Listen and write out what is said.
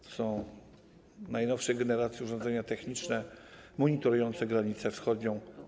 To są najnowszej generacji urządzenia techniczne monitorujące granicę wschodnią.